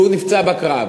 והוא נפצע בקרב,